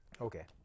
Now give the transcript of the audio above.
Okay